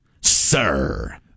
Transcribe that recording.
sir